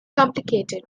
complicated